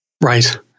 Right